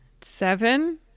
seven